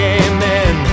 amen